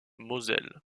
moselle